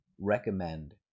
recommend